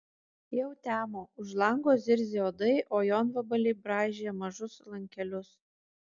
jau temo už lango zirzė uodai o jonvabaliai braižė mažus lankelius